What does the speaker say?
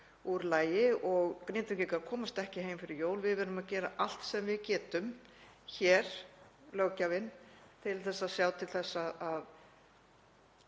úr lagi og Grindvíkingar komast ekki heim fyrir jól. Við verðum að gera allt sem við getum hér, löggjafinn, til að sjá til þess að